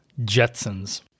Jetsons